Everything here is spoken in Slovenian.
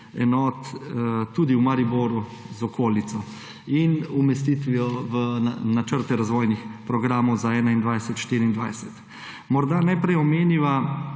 enot tudi v Mariboru z okolico in umestitvijo v načrte razvojnih programov za 2021–2024. Morda najprej omeniva